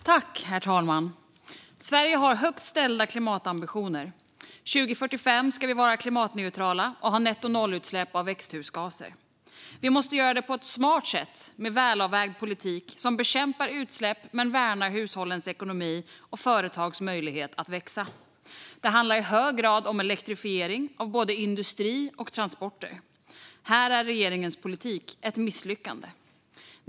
Herr talman! Sverige har högt ställda klimatambitioner. År 2045 ska vi vara klimatneutrala och ha nettonollutsläpp av växthusgaser. Vi måste göra det på ett smart sätt med välavvägd politik som bekämpar utsläpp men värnar hushållens ekonomi och företagens möjlighet att växa. Det handlar i hög grad om elektrifiering av både industri och transporter. Här är regeringens politik ett misslyckande.